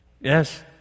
yes